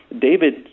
David